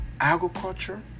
agriculture